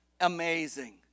amazing